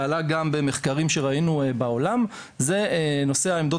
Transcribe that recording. ועלה גם במחקרים שראינו בעולם הוא נושא עמדות